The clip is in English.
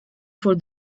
for